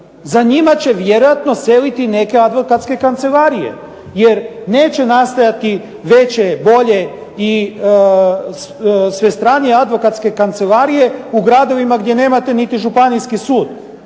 za njima će vjerojatno seliti neke advokatske kancelarije, jer neće nastajati veće, bolje i svestranije advokatske kancelarije u gradovima gdje nemate niti županijski sud.